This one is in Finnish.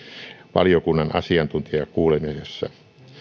valiokunnan asiantuntijakuulemisessa